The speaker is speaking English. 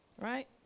right